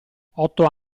otto